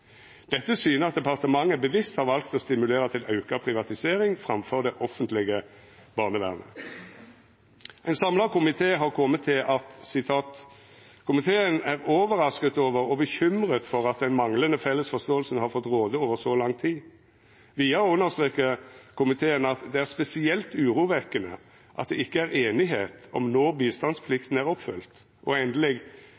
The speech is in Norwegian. Dette syner at departementet bevisst har valt å stimulera til auka privatisering framfor det offentlege barnevernet. Ein samla komité har kome til at: «Komiteen er overrasket over og bekymret for at den manglende felles forståelsen har fått råde over så lang tid.» Vidare understrekar komiteen: «Det er spesielt urovekkende at det ikke er enighet om når